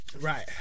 right